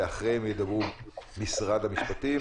אחריהם ידברו נציגי משרד המשפטים,